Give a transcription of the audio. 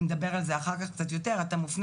נדבר על זה אחר כך קצת יותר אתה מופנה